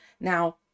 now